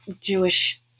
Jewish